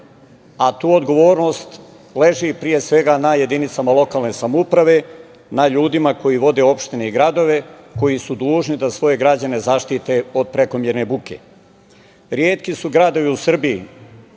Tu odgovornost leži pre svega na jedinicama lokalne samouprave, a na ljudima koji vode opštine i gradove i koji su dužni da svoje građane zaštite od prekomerne buke. Retki su gradovi u Srbiji,